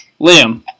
Liam